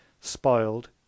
spoiled